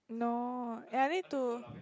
no and I need to